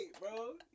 bro